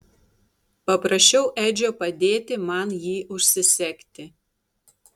paprašiau edžio padėti man jį užsisegti